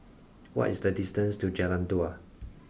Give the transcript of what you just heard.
what is the distance to Jalan Dua